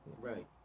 Right